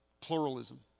pluralism